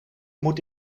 moet